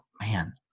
man